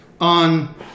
On